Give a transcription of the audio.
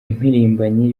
impirimbanyi